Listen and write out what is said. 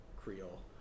Creole